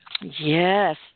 Yes